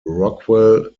rockwell